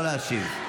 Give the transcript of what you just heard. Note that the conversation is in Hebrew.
לא להשיב.